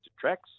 tracks